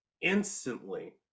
instantly